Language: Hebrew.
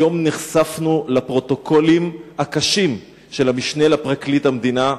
היום נחשפנו לפרוטוקולים הקשים של המשנה לפרקליט המדינה,